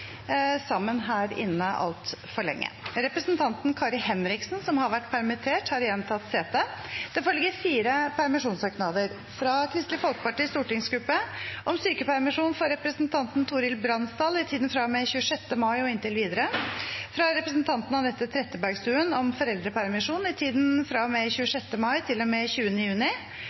sammen her inne altfor lenge. Representanten Kari Henriksen , som har vært permittert, har igjen tatt sete. Det foreligger fire permisjonssøknader: fra Kristelig Folkepartis stortingsgruppe om sykepermisjon for representanten Torhild Bransdal i tiden fra og med 26. mai og inntil videre fra representanten Anette Trettebergstuen om foreldrepermisjon i tiden fra og med 26. mai til og med 20. juni